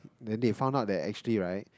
then they find out that actually right